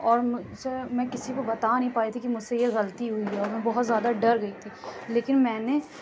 اور مجھ سے میں کسی کو بتا نہیں پا رہی تھی کہ مجھ سے یہ غلطی ہوئی ہے اور میں بہت زیادہ ڈر گئی تھی لیکن میں نے